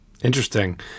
Interesting